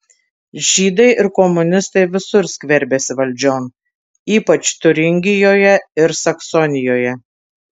žydai ir komunistai visur skverbiasi valdžion ypač tiuringijoje ir saksonijoje